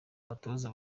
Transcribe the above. abatoza